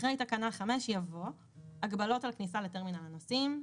אחרי תקנה 5 יבוא: "הגבלות על כניסה לטרמינל הנוסעים.